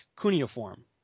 cuneiform